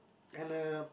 and uh